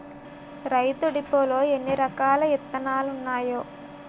రైతు డిపోలో ఎన్నిరకాల ఇత్తనాలున్నాయో